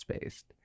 based